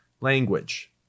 Language